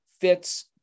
fits